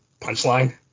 Punchline